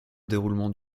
déroulement